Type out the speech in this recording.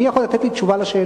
מי יכול לתת לי תשובה על השאלה?